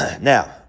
Now